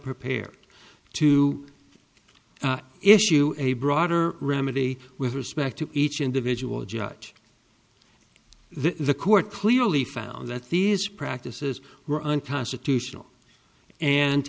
prepared to issue a broader remedy with respect to each individual judge the court clearly found that these practices were unconstitutional and